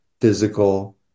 physical